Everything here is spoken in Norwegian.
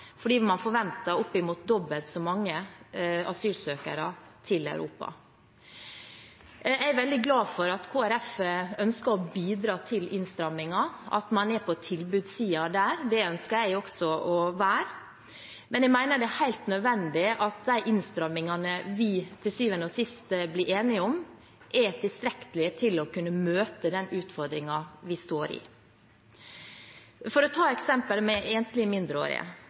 fordi man forventer opp mot dobbelt så mange asylsøkere til Europa. Jeg er veldig glad for at Kristelig Folkeparti ønsker å bidra til innstramminger, at man er på tilbudssiden der. Det ønsker jeg også å være, men jeg mener det er helt nødvendig at de innstrammingene vi til syvende og sist blir enige om, er tilstrekkelige til å kunne møte den utfordringen vi står i. For å ta eksempelet med enslige mindreårige: